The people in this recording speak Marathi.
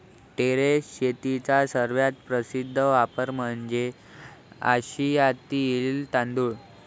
टेरेस शेतीचा सर्वात प्रसिद्ध वापर म्हणजे आशियातील तांदूळ